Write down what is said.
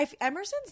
Emerson's